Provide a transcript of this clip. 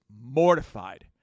mortified